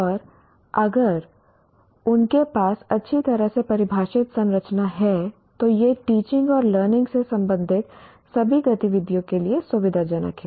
और अगर उनके पास अच्छी तरह से परिभाषित संरचना है तो यह टीचिंग और लर्निंग से संबंधित सभी गतिविधियों के लिए सुविधाजनक है